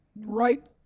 right